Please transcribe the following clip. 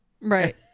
Right